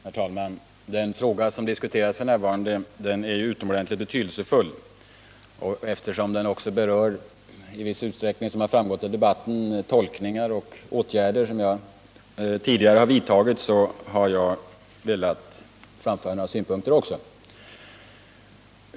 Herr talman! Den fråga som f. n. diskuteras är utomordentligt betydelsefull, och eftersom den, som har framgått av debatten, i viss utsträckning berör tolkningar av åtgärder som jag tidigare har vidtagit har jag velat framföra några synpunkter.